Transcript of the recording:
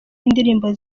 indirimbo